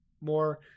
more